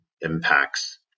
impacts